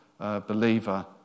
believer